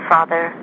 Father